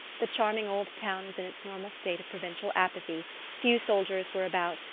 the charming old town was in its normal state of provincial apathy few soldiers were about,